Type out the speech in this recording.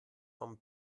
von